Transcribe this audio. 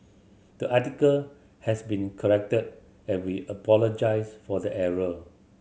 the article has been corrected and we apologise for the error